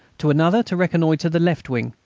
to another to reconnoitre the left wing.